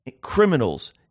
criminals